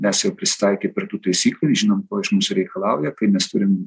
mes jau prisitaikę prie tų taisyklių ir žinom ko iš mūsų reikalauja kaip mes turim